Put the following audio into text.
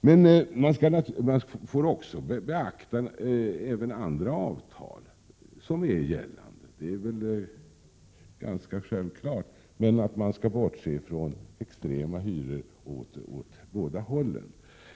Man får alltså beakta även andra avtal som är gällande, och det är väl ganska självklart. Men man skall bortse från extrema hyror åt båda hållen.